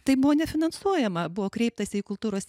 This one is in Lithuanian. tai buvo nefinansuojama buvo kreiptasi į kultūros